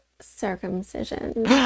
circumcision